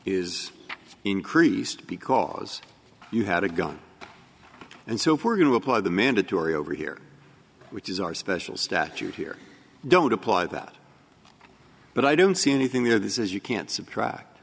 is increased because you had a gun and so if we're going to apply the mandatory over here which is our special statute here don't apply that but i don't see anything there this is you can't subtract